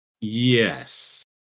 Yes